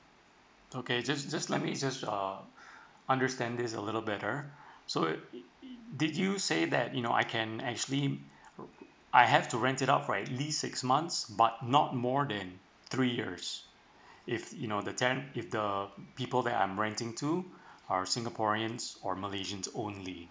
okay just just let me just uh understand this a little better so it it did you say that you know I can actually I have to rent it out for at least six months but not more than three years if you know the ten~ if the people that I'm renting to are singaporeans or malaysians only